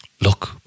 Look